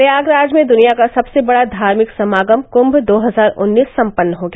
प्रयागराज में दुनिया का सबसे बड़ा धार्मिक समागम कुंभ दो हजार उन्नीस संपन्न हो गया